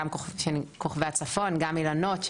גם של כוכבי הצפון גם של אילנות,